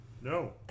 no